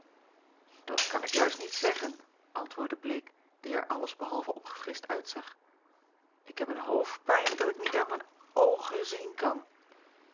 dat kan ik juist niet zeggen antwoordde bleek die er alles behalve opgefrischt uitzag ik heb een hoofdpijn dat ik niet uit mijn oogen zien kan